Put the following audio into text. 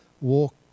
walk